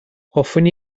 hoffwn